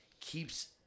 keeps